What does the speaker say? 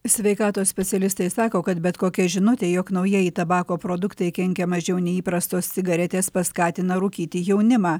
sveikatos specialistai sako kad bet kokia žinutė jog naujieji tabako produktai kenkia mažiau nei įprastos cigaretės paskatina rūkyti jaunimą